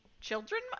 Children